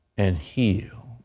and heal.